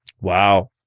Wow